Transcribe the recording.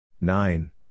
nine